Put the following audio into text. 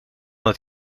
het